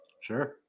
Sure